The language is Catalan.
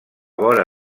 vora